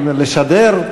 לשדר?